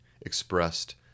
expressed